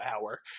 Hour